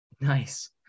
Nice